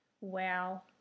wow